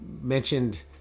mentioned